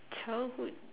childhood